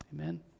Amen